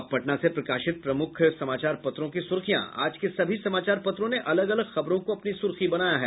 अब पटना से प्रकाशित प्रमुख समाचार पत्रों की सुर्खियां आज के सभी समाचार पत्रों ने अलग अलग खबरों को अपनी सुर्खी बनाया है